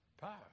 power